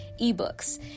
ebooks